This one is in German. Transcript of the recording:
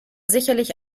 sicherlich